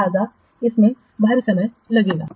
लिहाजा इसमें भारी समय लगेगा